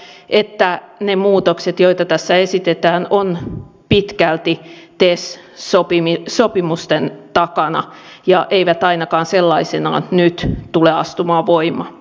näin sen takia että ne muutokset joita tässä esitetään ovat pitkälti tes sopimusten takana ja eivät ainakaan sellaisenaan nyt tule astumaan voimaan